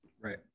Right